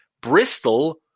bristol